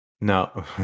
No